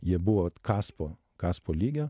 jie buvo kaspo kaspo lygio